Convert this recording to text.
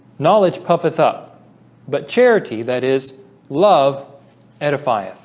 knowledge puffeth up but charity that is love edifies.